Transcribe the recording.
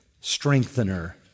strengthener